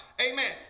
Amen